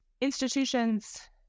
institutions